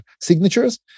signatures